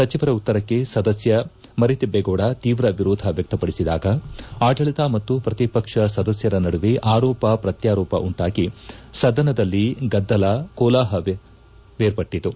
ಸಚಿವರ ಉತ್ತರಕ್ಕೆ ಸದಸ್ಕ ಮರಿತಿಬ್ದೇಗೌಡ ತೀವ್ರ ವಿರೋಧ ವ್ಯಕ್ತಪಡಿಸಿದಾಗ ಆಡಳಿತ ಮತ್ತು ಪ್ರತಿಪಕ್ಷ ಸದಸ್ಕರ ನಡುವೆ ಆರೋಪ ಪ್ರತ್ಕಾರೋಪ ಉಂಟಾಗಿ ಸದನದಲ್ಲಿ ಗದ್ದಲ ಕೋಲಾಹಲವೇರ್ಪಟ್ಟಿತು